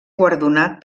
guardonat